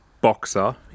boxer